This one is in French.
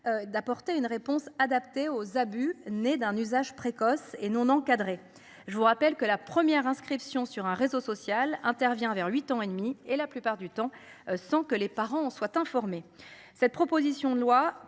D'apporter une réponse adaptée aux abus née d'un usage précoce et non encadrés. Je vous rappelle que la première inscription sur un réseau social intervient vers huit ans et demi et la plupart du temps sans que les parents en soient informés. Cette proposition de loi